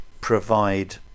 provide